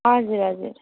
हजुर हजुर